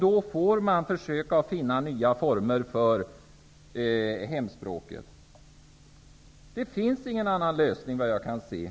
Då får vi försöka finna nya former för hemspråksundervisningen. Vad jag kan se finns det ingen annan lösning.